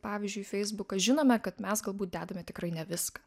pavyzdžiui feisbuką žinome kad mes galbūt dedame tikrai ne viską